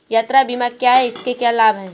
यात्रा बीमा क्या है इसके क्या लाभ हैं?